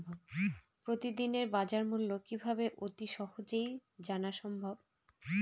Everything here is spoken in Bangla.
প্রতিদিনের বাজারমূল্য কিভাবে অতি সহজেই জানা সম্ভব?